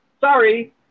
Sorry